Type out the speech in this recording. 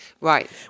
Right